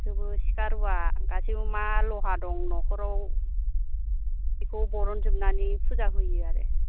थेवबो सिखा रुवा गासिबो मा लहा दं नखाराव बिखौ बर'नजोबनानै फुजा होयो आरो